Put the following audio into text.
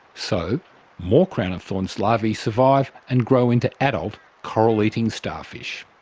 so more crown of thorns larvae survive and grow into adult coral eating starfish.